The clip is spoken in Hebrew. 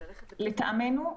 לטעמנו,